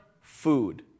food